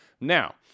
Now